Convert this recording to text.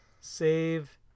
Save